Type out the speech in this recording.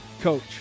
coach